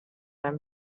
and